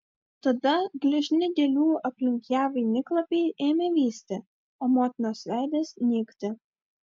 tada gležni gėlių aplink ją vainiklapiai ėmė vysti o motinos veidas nykti